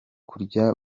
kurya